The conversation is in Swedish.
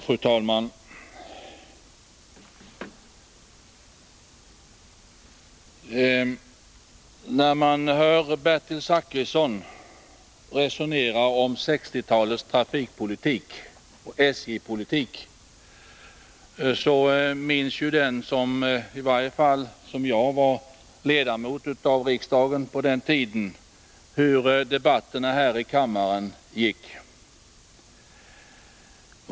Fru talman! När jag hör Bertil Zachrisson resonera om 1960-talets trafikpolitik och SJ-politik minns jag — och säkert andra som i likhet med mig var ledamöter av riksdagen på den tiden — hur debatterna här i kammaren då gick.